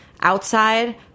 outside